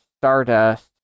Stardust